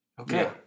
Okay